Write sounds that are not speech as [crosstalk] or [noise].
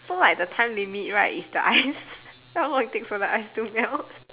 so like the time limit right is like the ice [laughs] how long it takes for the ice to melt